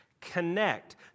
connect